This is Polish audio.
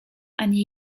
ani